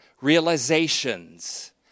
realizations